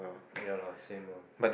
ah ya lah same lah